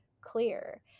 clear